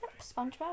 SpongeBob